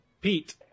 Pete